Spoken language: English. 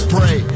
Pray